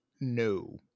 No